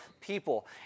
people